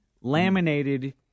laminated